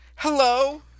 Hello